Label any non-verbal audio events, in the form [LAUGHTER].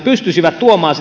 pystyisivät tuomaan [UNINTELLIGIBLE]